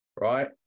right